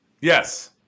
Yes